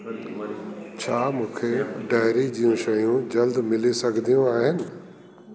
छा मूंखे डेयरी जूं शयूं जल्दु मिली सघंदियूं आहिनि